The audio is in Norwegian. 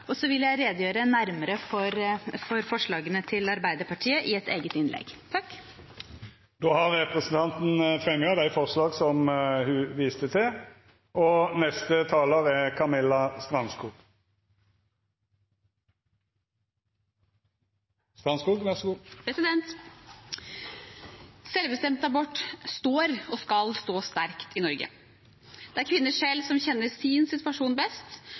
Så vil jeg redegjøre nærmere for forslagene til Arbeiderpartiet i et eget innlegg. Då har representanten Tuva Moflag teke opp dei forslaga ho refererte til. Selvbestemt abort står og skal stå sterkt i Norge. Det er kvinnen selv som kjenner sin situasjon best,